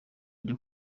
ryo